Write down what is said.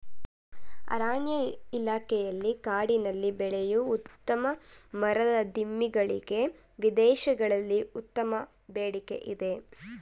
ಅರಣ್ಯ ಇಲಾಖೆಯಲ್ಲಿ ಕಾಡಿನಲ್ಲಿ ಬೆಳೆಯೂ ಉತ್ತಮ ಮರದ ದಿಮ್ಮಿ ಗಳಿಗೆ ವಿದೇಶಗಳಲ್ಲಿ ಉತ್ತಮ ಬೇಡಿಕೆ ಇದೆ